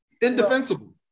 Indefensible